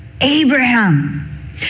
Abraham